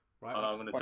Right